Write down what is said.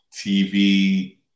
TV